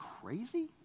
crazy